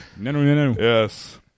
Yes